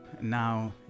Now